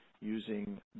using